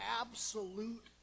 absolute